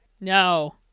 No